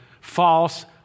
false